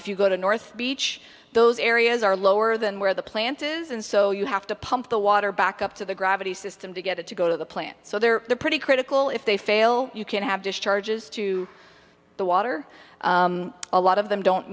if you go to north beach those areas are lower than where the plant is and so you have to pump the water back up to the gravity system to get it to go to the plant so they're pretty critical if they fail you can have discharges to the water a lot of them don't